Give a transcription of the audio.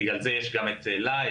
בגלל זה יש גם את אלה,